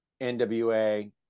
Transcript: NWA